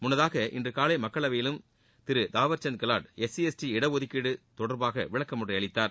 முன்னதாக இன்று காலை மக்களவையிலும் திரு தாவல்சந்த் கெலாட் எஸ்சி எஸ்டி இடஒதுக்கீடு தெடர்பாக விளக்கம் ஒன்றை அளித்தார்